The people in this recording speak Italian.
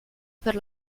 per